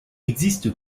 existe